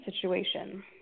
situation